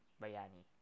bayani